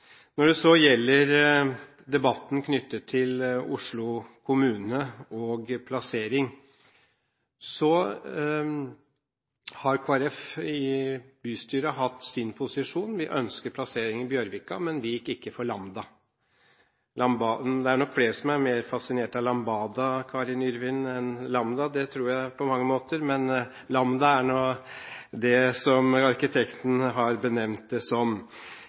Når det så gjelder debatten knyttet til Oslo kommune og plassering, har Kristelig Folkeparti i bystyret hatt sin posisjon. Vi ønsket plassering i Bjørvika, men vi gikk ikke for Lambda. Til Karin Yrvin: Det er nok flere som er mer fascinert av Lambada enn Lambda – det tror jeg på mange måter, men Lambda er nå det som arkitekten har benevnt det som.